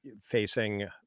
facing